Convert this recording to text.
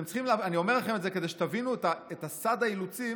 אני אומר לכם את זה כדי שתבינו את סד האילוצים